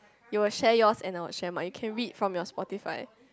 you will share yours and I will share mine can read from your Spotify